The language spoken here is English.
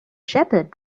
shepherd